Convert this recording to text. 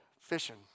Fishing